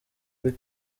kuri